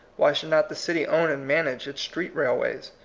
why should not the city own and manage its street-railways?